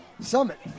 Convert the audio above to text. Summit